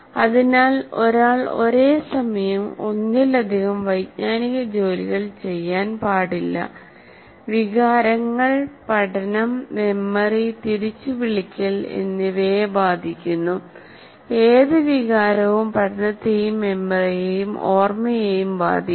അതിനാൽ ഒരാൾ ഒരേ സമയം ഒന്നിലധികം വൈജ്ഞാനിക ജോലികൾ ചെയ്യാൻ പാടില്ല വികാരങ്ങൾ പഠനം മെമ്മറി തിരിച്ചുവിളിക്കൽ എന്നിവയെ ബാധിക്കുന്നു ഏത് വികാരവും പഠനത്തെയും മെമ്മറിയെയും ഓർമയേയും ബാധിക്കും